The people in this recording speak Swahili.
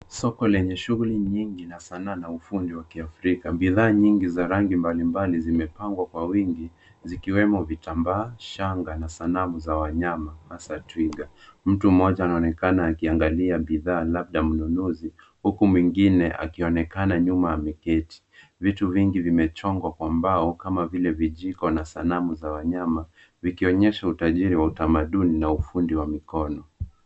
Soko lenye shughuli nyingi na Sanaa na ufundi wa kiafrika. Bidhaa nyingi za rangi mbali mbali zimepangwa kwa wingi zikiwemo vitambaa, shanga na sanamu za wanyama hasa twiga. Mtu mmoja anaonekana akiangalia bidhaa labda mnunuzi huku mwingine akionekana nyuma ameketi. Vitu vingi vimechongwa kwa mbao, kama vile vijiko na Sanamu za wanyama vikionyesha utajiri wa utamaduni na ufundi wa mikono.